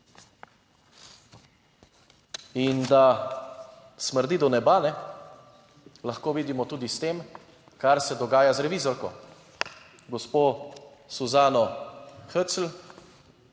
In da smrdi do neba, lahko vidimo tudi s tem, kar se dogaja z revizorko, gospo Suzano Hötzl,